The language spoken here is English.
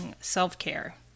self-care